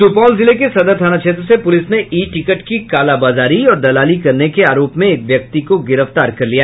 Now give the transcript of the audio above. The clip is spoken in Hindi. सुपौल जिले के सदर थाना क्षेत्र से पुलिस ने ई टिकट की कालाबाजारी और दलाली करने के आरोप में एक व्यक्ति को गिरफ्तार कर लिया